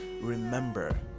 remember